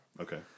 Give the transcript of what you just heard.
Okay